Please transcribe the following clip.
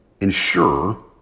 ensure